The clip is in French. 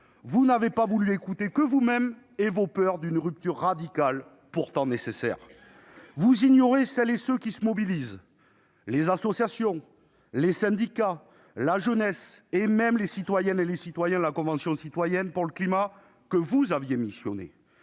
vous n'avez voulu écouter que vous-mêmes et vos peurs d'une rupture radicale, pourtant nécessaire. Vous ignorez celles et ceux qui se mobilisent : les associations, les syndicats, la jeunesse, jusqu'aux membres de la Convention citoyenne pour le climat que vous aviez missionnés.